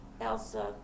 Elsa